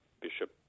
Bishop